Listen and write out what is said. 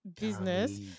business